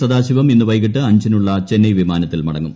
സദാശിവം ഇന്നു വൈകീട്ട് അഞ്ചിനുള്ള ചെന്നൈ വിമാനത്തിൽ മടങ്ങും